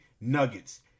nuggets